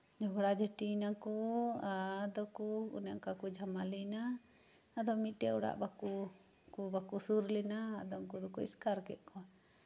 ᱡᱷᱚᱜᱽᱲᱟ ᱡᱷᱟᱹᱴᱤᱭ ᱱᱟᱠᱚ ᱟᱫᱚ ᱠᱚ ᱚᱱᱮ ᱚᱱᱠᱟ ᱠᱚ ᱡᱷᱟᱢᱮᱞᱟᱭ ᱮᱱᱟ ᱟᱫᱚ ᱢᱤᱫᱴᱮᱡ ᱚᱲᱟᱜ ᱵᱟᱠᱚ ᱥᱩᱨ ᱞᱮᱱᱟ ᱩᱱᱠᱩ ᱫᱚᱠᱚ ᱮᱥᱠᱟᱨ ᱠᱮᱫ ᱠᱚᱣᱟ